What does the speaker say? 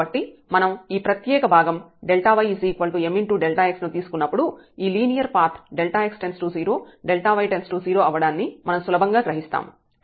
కాబట్టి మనం ఈ ప్రత్యేక భాగం y mx ని తీసుకున్నప్పుడు ఈ లీనియర్ పాత్ Δx→0 Δy→0 అవ్వడాన్ని మనం సులభంగా గ్రహిస్తాము